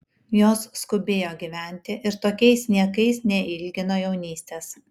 jos skubėjo gyventi ir tokiais niekais neilgino jaunystės